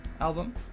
album